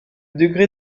degré